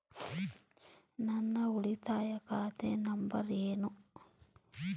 ನನ್ನ ಉಳಿತಾಯ ಖಾತೆ ನಂಬರ್ ಏನು?